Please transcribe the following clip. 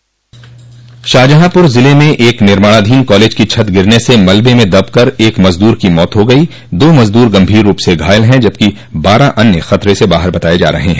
शाहजहांपुर ज़िले में एक निर्माणाधीन कॉलेज की छत गिरने से मलबे में दब कर एक मजदूर की मौत हो गई दो मजदूर गंभीर रूप से घायल हैं जबकि बारह अन्य खतरे से बाहर बताये जा रहे हैं